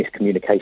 miscommunication